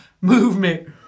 Movement